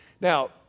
Now